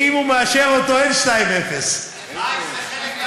שאם הוא מאשר אותו אין 2:0. חיים, זה חלק מהמשחק.